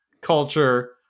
culture